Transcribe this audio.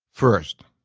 first,